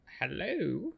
Hello